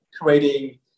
creating